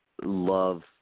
Love